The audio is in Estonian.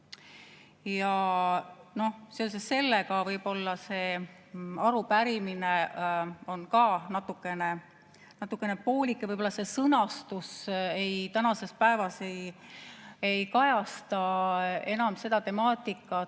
sellega võib see arupärimine olla ka natukene poolik ja võib-olla see sõnastus tänasel päeval ei kajasta enam seda temaatikat,